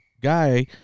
guy